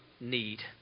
need